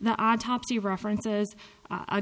the autopsy reference